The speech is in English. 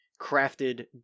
crafted